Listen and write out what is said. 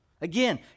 Again